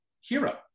hero